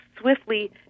swiftly